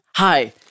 Hi